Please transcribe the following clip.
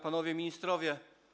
Panowie Ministrowie!